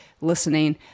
listening